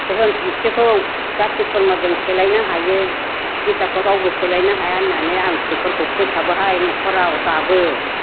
दोहोन सम्फ'थिखौ जाथि खुरमाजों सेलायनो हायो बिद्दाखौ रावबो सेलायनो हाया होननानै आं फिसौफोरखौ फोसाबोहाय न'खराव दाबो